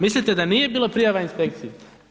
Mislite da nije bilo prijava inspekciji?